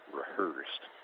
rehearsed